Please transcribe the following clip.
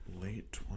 Late